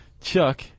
Chuck